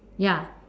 ya